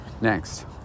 next